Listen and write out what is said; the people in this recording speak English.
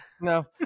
No